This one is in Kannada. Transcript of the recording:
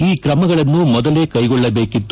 ಈ ಕ್ರಮಗಳನ್ನು ಮೊದಲೇ ಕೈಗೊಳ್ಳಬೇಕಿತ್ತು